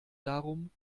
darum